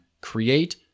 create